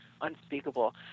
unspeakable